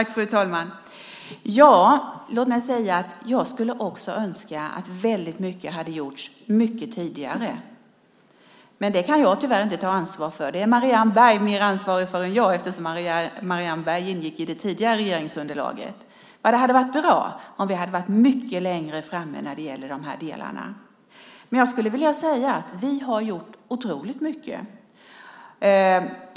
Fru talman! Jag skulle också önska att väldigt mycket hade gjorts mycket tidigare, men det kan jag tyvärr inte ta ansvar för. Det är Marianne Berg mer ansvarig för än jag, eftersom Marianne Bergs parti ingick i det tidigare regeringsunderlaget. Det hade varit bra om vi hade varit mycket längre fram i dessa delar. Vi har gjort otroligt mycket.